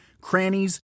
crannies